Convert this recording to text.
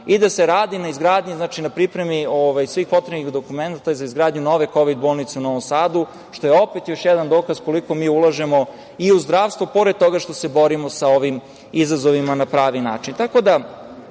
i da se radi na izgradnji i pripremi svih potrebnih dokumenata za izgradnju nove kovid bolnice u Novom Sadu, što je opet još jedan dokaz koliko mi ulažemo i u zdravstvo, pored toga što se borimo sa ovim izazovima na pravi